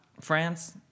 France